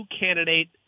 candidate